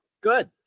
Good